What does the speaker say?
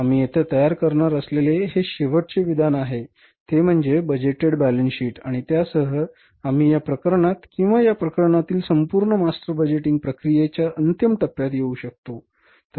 आम्ही येथे तयार करणार असलेले हे शेवटचे विधान आहे ते म्हणजे बजेटेड बॅलन्स शीट आणि त्यासह आम्ही या प्रकरणात किंवा या प्रकरणातील संपूर्ण मास्टर बजेटिंग प्रक्रियेच्या अंतिम टप्प्यात येऊ शकू